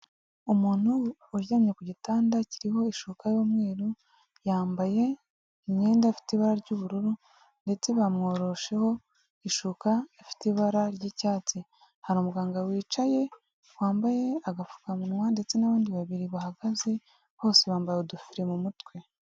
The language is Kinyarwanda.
Umuntu uryamye ku gitanda, kiriho ishuka y'umweru, yambaye imyenda ifite ibara ry'ubururu, ndetse bamworonsheho ishuka ifite ibara ry'icyatsi, hari umuganga wicaye, wambaye agapfukamunwa, ndetse n'abandi babiri bahagaze, bose bambaye udufire mu mutwe.